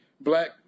black